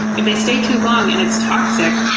if they stay too long and it's toxic,